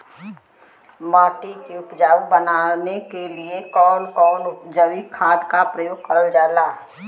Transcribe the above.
माटी के उपजाऊ बनाने के लिए कौन कौन जैविक खाद का प्रयोग करल जाला?